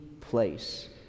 place